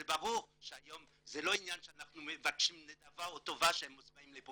זה ברור שהיום זה לא העניין שאנחנו מבקשים נדבה או טובה כשהם באים לפה.